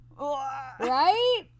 Right